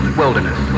wilderness